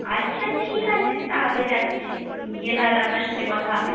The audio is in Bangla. আচ্ছা ঠিক আছে তাহলে যাচ্ছি গিয়ে তাহলে আপনার সাথে কথা হবে